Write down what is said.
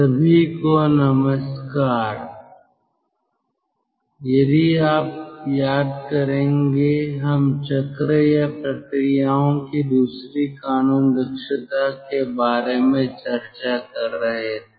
सभी को नमस्कार यदि आप याद करेंगे हम चक्र या प्रक्रियाओं की दूसरी कानून दक्षता के बारे में चर्चा कर रहे थे